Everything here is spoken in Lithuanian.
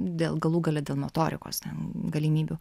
dėl galų gale dėl motorikos ten galimybių